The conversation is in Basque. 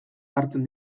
hartzen